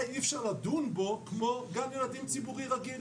אי אפשר לדון בו כמו גן ילדים ציבורי רגיל.